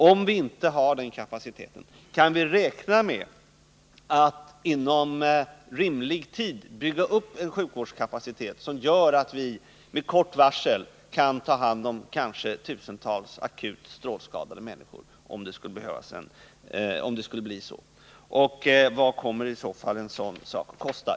Om vi inte har den kapaciteten, kan vi då räkna med att inom rimlig tid kunna bygga upp en sjukvårdskapacitet som gör att vi med kort varsel kan ta hand om kanske tusentals akut strålskadade människor? Och vad kommer i så fall en sådan sak att kosta?